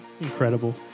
incredible